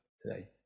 today